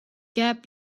gap